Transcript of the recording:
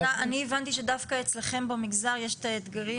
אני הבנתי שדווקא אצלכם במגזר יש את האתגרים